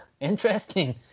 Interesting